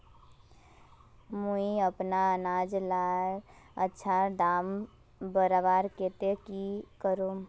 मुई अपना अनाज लार अच्छा दाम बढ़वार केते की करूम?